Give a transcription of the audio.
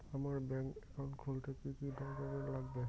আমার bank account খুলতে কি কি ডকুমেন্ট লাগবে?